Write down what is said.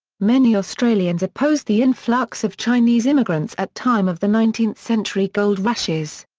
many australians opposed the influx of chinese immigrants at time of the nineteenth-century gold rushes.